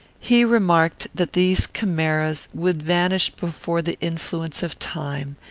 he remarked that these chimeras would vanish before the influence of time,